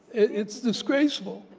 it's disgraceful.